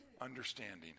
understanding